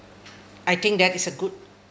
I think that is a good